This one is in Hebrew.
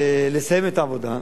לסיים את העבודה,